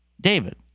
David